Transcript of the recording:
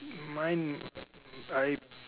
mine I